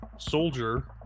soldier